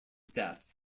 death